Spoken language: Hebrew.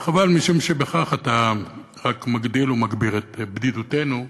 חבל, משום שבכך שאתה רק מגדיל ומגביר את בדידותנו.